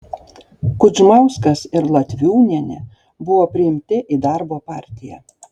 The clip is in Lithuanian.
kudžmauskas ir latviūnienė buvo priimti į darbo partiją